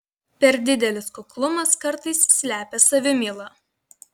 per didelis kuklumas kartais slepia savimylą